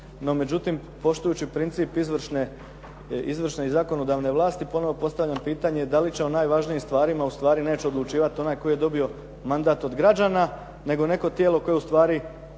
No međutim, poštujući princip izvršne i zakonodavne vlasti ponovo postavljam pitanje da li će o najvažnijim stvarima u stvari neće odlučivati onaj koji je dobio mandat od građana, nego neko tijelo koje u stvari